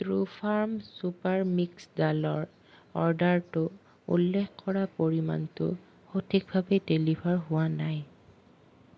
ট্ৰো farm super mix ডালৰ অৰ্ডাৰটো উল্লেখ কৰা পৰিমাণটো সঠিকভাৱে ডেলিভাৰ হোৱা নাই